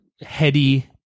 heady